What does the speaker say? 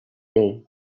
day